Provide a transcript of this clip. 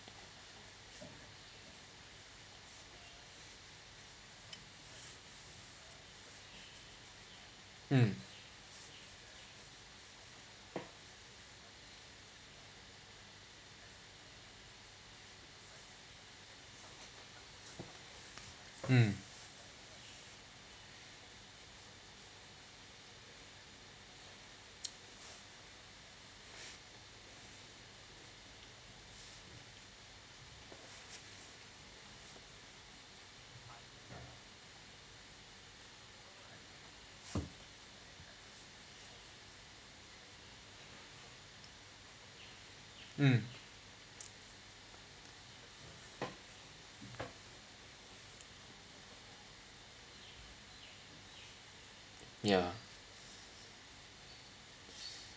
mm mm mm ya